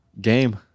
Game